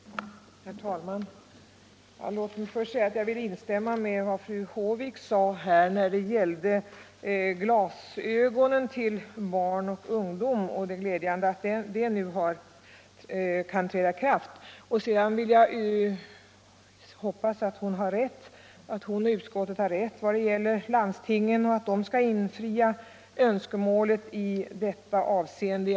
Herr talman! Låt mig till att börja med säga att jag vill instämma i vad fru Håvik sade när det gäller glasögon till barn och ungdom. Det är glädjande att den förbättringen nu kan träda i kraft. Sedan hoppas jag att hon och utskottet i övrigt har rätt vad gäller uppfattningen att landstingen skall infria förväntningarna i detta avseende.